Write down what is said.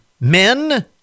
Men